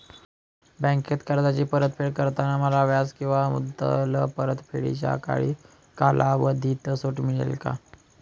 बँकेत कर्जाची परतफेड करताना मला व्याज किंवा मुद्दल परतफेडीच्या कालावधीत सूट मिळेल का?